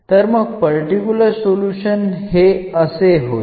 ഇവിടെ particular solution എന്നായിരിക്കും